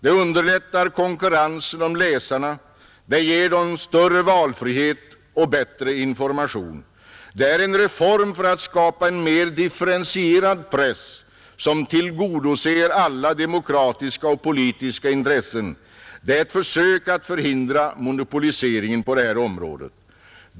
Det underlättar konkurrensen om läsarna, Det ger dem större valfrihet och bättre information, Det är en reform för att skapa en mera differentierad press som tillgodoser alla demokratiska och politiska intressen. Det är ett försök att förhindra monopoliseringen på detta område.